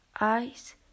eyes